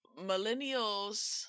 millennials